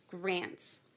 Grants